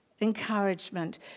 encouragement